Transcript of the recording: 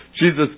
Jesus